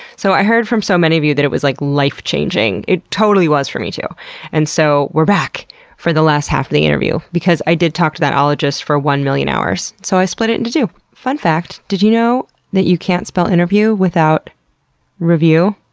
so i heard from so many of you that it was like life changing. it totally was for me too and so we're back for the last half of the interview! because i did talk to that ologist for one million hours. so i split it into two. did you know that you can't spell interview without review?